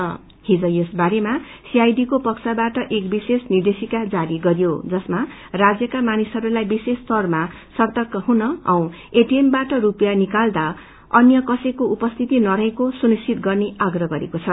छिज यस बारेमा सीआईडी को पक्षबाट एक विशेष निर्देशिका जारी गरियो जसमा राज्यका मानिसहस्लाई विशेष तौरमा सर्तक रहन औ एटिएम बाट स्पियों निकाल्दा अन्य कसैको उपस्थिति रहेको सुनिश्चित गर्ने आप्रह गरेको छ